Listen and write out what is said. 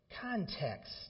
Context